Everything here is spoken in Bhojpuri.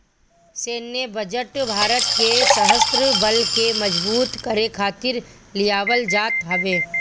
सैन्य बजट भारत के शस्त्र बल के मजबूत करे खातिर लियावल जात हवे